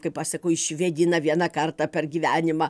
kaip aš sakau išvėdina vieną kartą per gyvenimą